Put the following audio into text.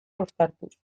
uztartuz